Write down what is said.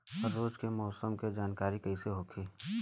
रोज के मौसम के जानकारी कइसे होखि?